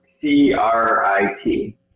c-r-i-t